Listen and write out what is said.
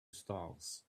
stars